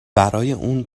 اون